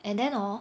and then hor